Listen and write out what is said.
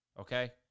okay